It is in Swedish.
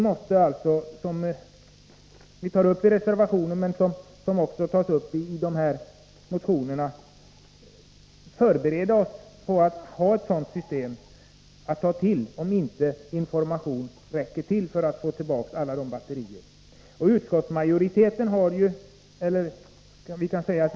Som vi framhåller i reservationen och som också sägs i motionerna måste vi förbereda oss för att ha ett pantsystem att ta till, om information inte är en tillräcklig åtgärd när det gäller att få tillbaka alla förbrukade batterier.